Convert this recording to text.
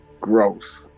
Gross